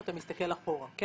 האם כשאתה מסתכל אחורה אתה